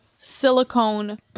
Silicone